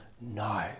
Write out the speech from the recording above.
no